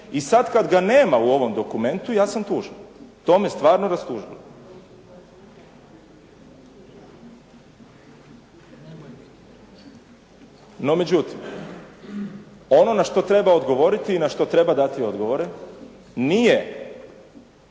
I sada kada ga nema u ovom dokumentu, ja sam tužan, to me stvarno rastužuje. No, međutim, ono na što treba odgovoriti i na što treba dati odgovore nije